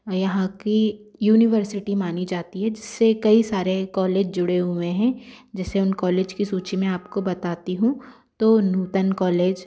यहाँ की यूनिवर्सिटी मानी जाती है जिससे कई सारे कॉलेज जुड़े हुए हैं जैसे उन कॉलेज की सूची मैं आपको बताती हूँ तो नूतन कॉलेज